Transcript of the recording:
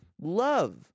love